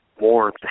more